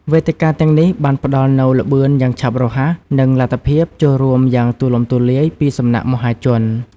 វេទិកាទាំងនេះ បានផ្ដល់នូវ ល្បឿន យ៉ាងឆាប់រហ័ស និង លទ្ធភាពចូលរួម យ៉ាងទូលំទូលាយពីសំណាក់មហាជន។